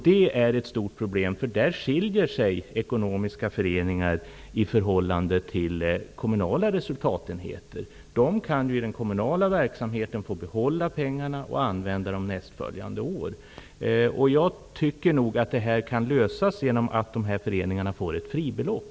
Detta är ett stort problem, därför att i det avseendet skiljer sig ekonomiska föreningar från kommunala resultatenheter. I den kommunala verksamheten kan de få behålla pengarna för att användas nästföljande år. Detta problem kan lösas genom att de kooperativa föreningarna medges ett fribelopp.